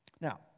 Now